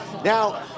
Now